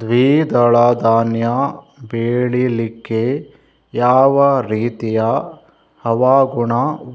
ದ್ವಿದಳ ಧಾನ್ಯ ಬೆಳೀಲಿಕ್ಕೆ ಯಾವ ರೀತಿಯ ಹವಾಗುಣ